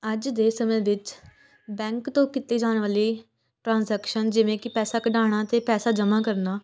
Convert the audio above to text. ਅੱਜ ਦੇ ਸਮੇਂ ਵਿੱਚ ਬੈਂਕ ਤੋਂ ਕੀਤੀ ਜਾਣ ਵਾਲੀ ਟ੍ਰਾਂਜੈਕਸ਼ਨ ਜਿਵੇਂ ਕਿ ਪੈਸਾ ਕਢਵਾਉਣਾ ਅਤੇ ਪੈਸਾ ਜਮ੍ਹਾਂ ਕਰਨਾ